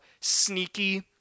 sneaky